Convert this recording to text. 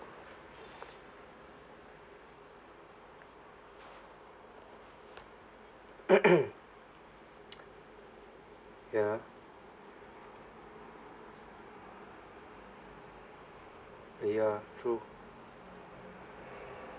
ya ah ya true